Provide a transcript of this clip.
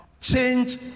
change